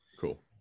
Cool